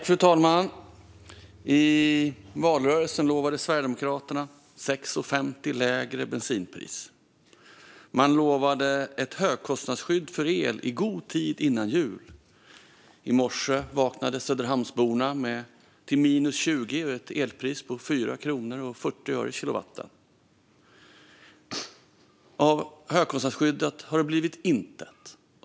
Fru talman! I valrörelsen lovade Sverigedemokraterna ett bensinpris som skulle vara 6,50 kronor lägre. Man lovade ett högkostnadsskydd för el i god tid före jul. I morse vaknade Söderhamnsborna till minus 20 grader och ett elpris på 4 kronor och 40 öre per kilowattimme. Av högkostnadsskyddet har det blivit intet.